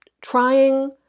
trying